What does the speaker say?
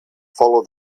follow